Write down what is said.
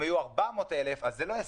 אם היו 400,000 בקשות אז זה לא הישג,